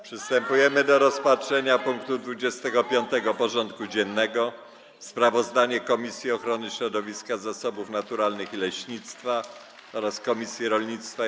Przystępujemy do rozpatrzenia punktu 25. porządku dziennego: Sprawozdanie Komisji Ochrony Środowiska, Zasobów Naturalnych i Leśnictwa oraz Komisji Rolnictwa i